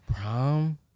prom